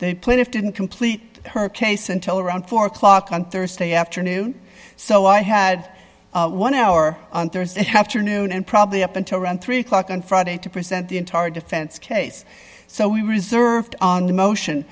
plaintiff didn't complete her case until around four o'clock on thursday afternoon so i had one hour on thursday have to noon and probably up until around three o'clock on friday to present the entire defense case so we reserved on the motion